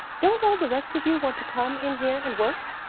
don't all the rest of you want to come in here and work?